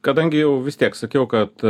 kadangi jau vis tiek sakiau kad